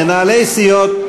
מנהלי סיעות,